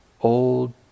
old